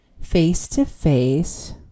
face-to-face